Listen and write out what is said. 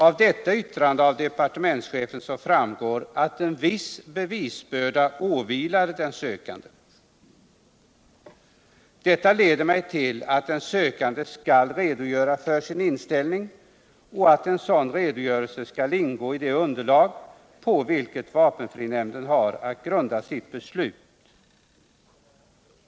Av detta yttrande av departementschefen framgår att en viss bevisbörda åvilar den sökande. Detta leder mig till att den sökande skall redogöra för sin inställning och att en sådan redogörelse skall ingå i det underlag på vilket vapenfrinämnden har att grunda sitt beslut.